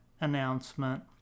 announcement